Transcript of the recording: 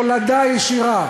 תולדה ישירה